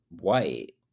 white